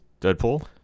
deadpool